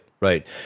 Right